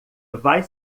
vai